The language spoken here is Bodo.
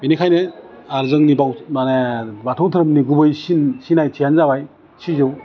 बिनिखायनो जोंनि बाउ माने बाथौ दोहोरोमनि गुबै सिन सिनायथियानो जाबाय सिजौ